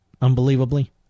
unbelievably